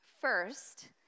first